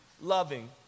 loving